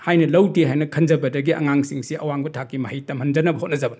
ꯍꯥꯏꯅ ꯂꯧꯗꯦ ꯍꯥꯏꯅ ꯈꯟꯖꯕꯗꯒꯤ ꯑꯉꯥꯡꯁꯤꯡꯁꯤ ꯑꯋꯥꯡꯕ ꯊꯥꯛꯀꯤ ꯃꯍꯩ ꯇꯝꯍꯟꯖꯅꯕ ꯍꯣꯠꯅꯖꯕꯅꯤ